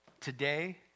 today